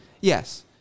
Yes